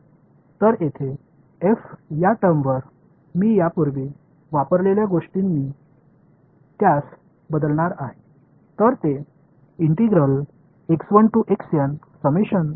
तर येथे f या टर्मवर मी यापूर्वी वापरलेल्या गोष्टींनी त्यास बदलणार आहे